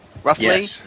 Roughly